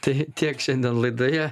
tai tiek šiandien laidoje